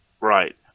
Right